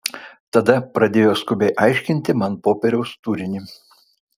tada pradėjo skubiai aiškinti man popieriaus turinį